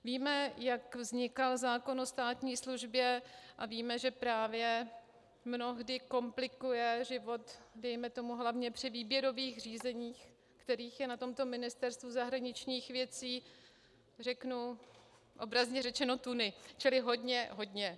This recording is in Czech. Víme, jak vznikal zákon o státní službě, a víme, že právě mnohdy komplikuje život dejme tomu hlavně při výběrových řízeních, kterých je na Ministerstvu zahraničních věcí obrazně řečeno tuny, čili hodně, hodně.